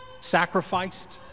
sacrificed